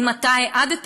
אם אתה העדת,